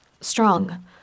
strong